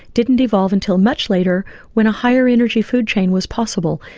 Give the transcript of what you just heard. didn't evolve until much later when a higher energy food chain was possible,